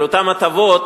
על אותן הטבות,